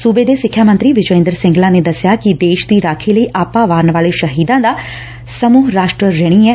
ਸਿੱਖਿਆ ਮੰਤਰੀ ਵਿਜੈ ਇੰਦਰ ਸਿੰਗਲਾ ਨੇ ਦੱਸਿਆ ਕਿ ਦੇਸ਼ ਦੀ ਰਾਖੀ ਲਈ ਆਪਾ ਵਾਰਨ ਵਾਲੇ ਸ਼ਹੀਦਾਂ ਦਾ ਸਮੁਹ ਰਾਸ਼ਟਰ ਰਿਣੀ ਏ